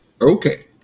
Okay